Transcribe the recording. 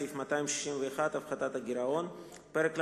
סעיף 261 (הפחתת הגירעון); פרק ל"ד,